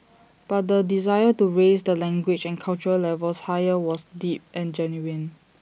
but the desire to raise the language and cultural levels higher was deep and genuine